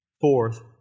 Fourth